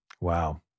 Wow